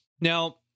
Now